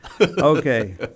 Okay